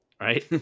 right